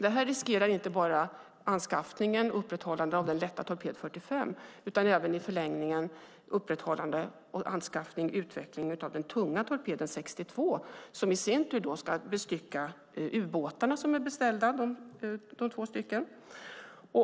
Detta riskerar inte bara anskaffning och upprätthållande av den lätta torped 45 utan även i förlängningen upprätthållande, anskaffning och utveckling av den tunga torped 62 som i sin tur ska bestycka de två ubåtar som är beställda.